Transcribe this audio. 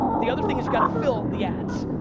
the other thing is you gotta fill the ads.